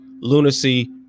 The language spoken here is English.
lunacy